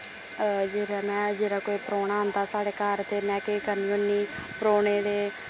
जिल्लै में जिल्लै कोई परौह्ना औंदा साढ़े घर ते मैं केह् करनी होन्नी परौह्ने दे